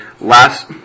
last